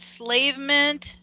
enslavement